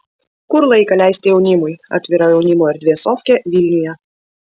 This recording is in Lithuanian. kur laiką leisti jaunimui atvira jaunimo erdvė sofkė vilniuje